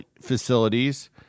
facilities